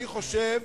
אני חושב